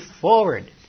forward